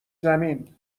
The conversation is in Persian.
زمین